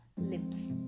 limbs